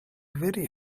very